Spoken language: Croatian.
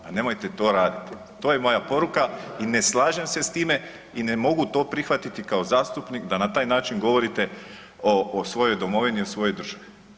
Pa nemojte to raditi, to je moja poruka i ne slažem se s time i ne mogu to prihvatiti kao zastupnik da na taj način govorite o svojoj domovini, o svojoj državi.